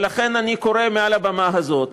ולכן אני קורא מעל הבמה הזאת